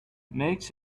makes